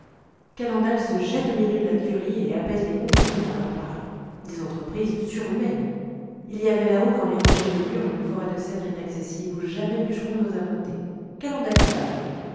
calendal se jette au milieu de la tuerie et apaise les compagnons en leur parlant des entreprises surhumaines il y avait là-haut dans les rochers de lure une forêt de cèdres inaccessibles où jamais bûcheron n'osa monter calendal y va lui